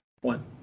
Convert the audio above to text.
One